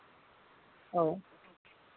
ᱦᱳᱭ